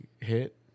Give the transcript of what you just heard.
hit